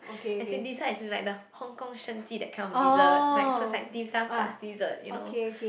as in dessert as in like the Hong Kong Sheng Ji that kind of dessert like so is like Dim-Sum plus dessert you know